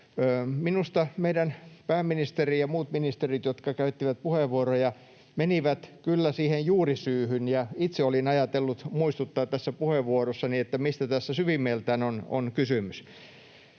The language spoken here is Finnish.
Minusta meidän pääministerimme ja muut ministerit, jotka käyttivät puheenvuoroja, menivät kyllä niihin juurisyhin, ja itse olin ajatellut muistuttaa tässä puheenvuorossani, mistä tässä syvimmiltään on kysymys.